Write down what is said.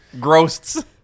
Ghosts